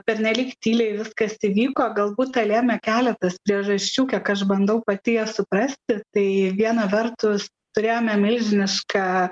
pernelyg tyliai viskas įvyko galbūt tą lėmė keletas priežasčių kiek aš bandau pati jas suprasti tai viena vertus turėjome milžinišką